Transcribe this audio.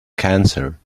cancer